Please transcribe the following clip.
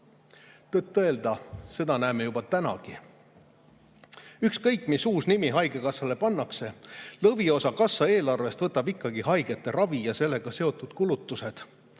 Tõtt-öelda seda näeme juba tänagi. Ükskõik, mis uus nimi haigekassale pannakse, lõviosa kassa eelarvest võtavad ikkagi haigete ravi ja sellega seotud kulutused.